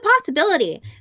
possibility